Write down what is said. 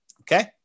Okay